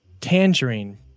tangerine